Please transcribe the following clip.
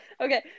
Okay